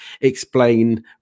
Explain